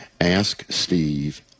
Asksteve